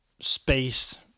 space